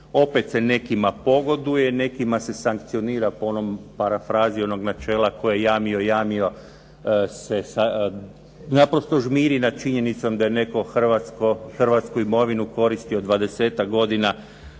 opet se nekima pogoduje, nekima se sankcionira po onom parafraziranog načela "tko je jamio jamio" se naprosto žmiri nad činjenicom da je netko hrvatsku imovinu koristio dvadesetak godina